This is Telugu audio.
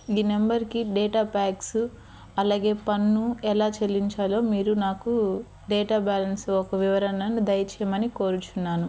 గీ నెంబర్కి డేటా ప్యాక్స్ అలాగే పన్ను ఎలా చెల్లించాలో మీరు నాకు డేటా బ్యాలెన్స్ ఒక వివరణను దయచేయమని కోరుచున్నాను